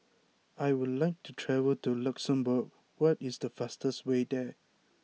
I would like to travel to Luxembourg what is the fastest way there